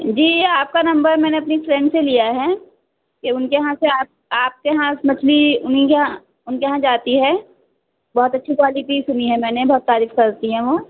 جی آپ کا نمبر میں نے اپنی فرینڈ سے لیا ہے کہ ان کے یہاں سے آپ آپ کے یہاں مچھلی انہیں کے یہاں ان کے یہاں جاتی ہے بہت اچھی کوالٹی سنی ہے میں نے بہت تعریف کرتی ہیں وہ